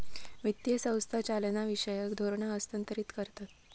वित्तीय संस्था चालनाविषयक धोरणा हस्थांतरीत करतत